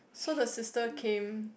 so the sister came